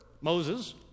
moses